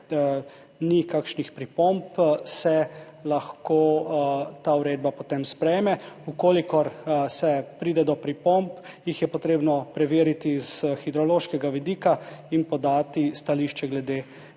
ni kakšnih pripomb, se lahko ta uredba potem sprejme. Če pride do pripomb, jih je potrebno preveriti s hidrološkega vidika in podati stališče glede